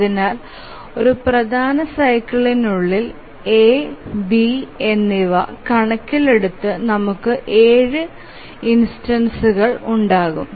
അതിനാൽ ഒരു പ്രധാന സൈക്കിൾനുള്ളിൽ A B എന്നിവ കണക്കിലെടുത്ത് നമുക്ക് 7 ഉദാഹരണങ്ങൾ ഉണ്ടാകും